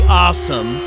awesome